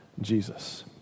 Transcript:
jesus